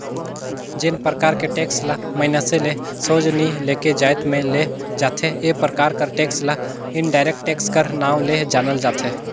जेन परकार के टेक्स ल मइनसे ले सोझ नी लेके जाएत में ले जाथे ए परकार कर टेक्स ल इनडायरेक्ट टेक्स कर नांव ले जानल जाथे